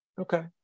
Okay